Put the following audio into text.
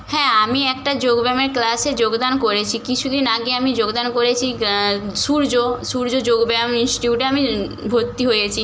হ্যাঁ আমি একটা যোগ ব্যায়ামের ক্লাসে যোগদান করেছি কিছু দিন আগে আমি যোগদান করেছি সূর্য সূর্য যোগ ব্যায়াম ইনস্টিটিউটে আমি ভর্তি হয়েছি